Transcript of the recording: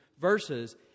verses